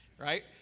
Right